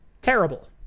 terrible